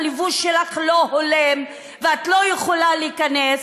הלבוש שלך לא הולם ואת לא יכולה להיכנס?